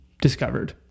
discovered